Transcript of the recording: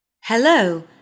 Hello